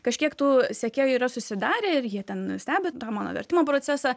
kažkiek tų sekėjų yra susidarę ir jie ten stebi tą mano vertimo procesą